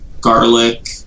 Garlic